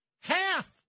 half